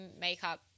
makeup